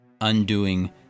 Undoing